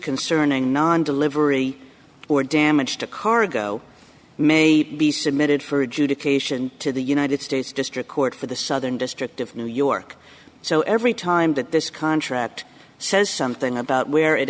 concerning non delivery or damage to cargo may be submitted for adjudication to the united states district court for the southern district of new york so every time that this contract says something about where it